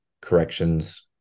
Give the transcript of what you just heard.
corrections